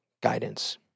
guidance